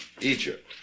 Egypt